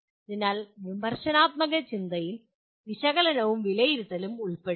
അതിനാൽ വിമർശനാത്മക ചിന്തയിൽ വിശകലനവും വിലയിരുത്തലും ഉൾപ്പെടും